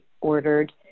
ordered